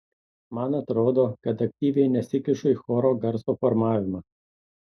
man atrodo kad aktyviai nesikišu į choro garso formavimą